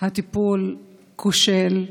הטיפול כושל,